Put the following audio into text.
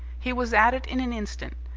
he was at it in an instant,